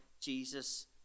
Jesus